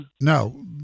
No